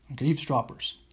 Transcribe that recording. eavesdroppers